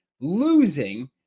Losing